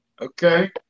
Okay